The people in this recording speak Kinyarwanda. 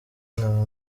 nkaba